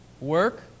work